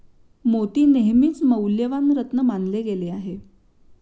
मोती नेहमीच मौल्यवान रत्न मानले गेले आहेत